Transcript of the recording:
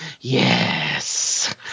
Yes